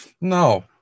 No